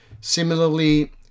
Similarly